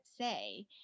say